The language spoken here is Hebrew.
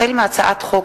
החל בהצעת חוק